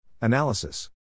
Analysis